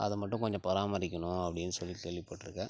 அது மட்டும் கொஞ்சம் பராமரிக்கணும் அப்படின்னு சொல்லி கேள்விப்பட்டிருக்கேன்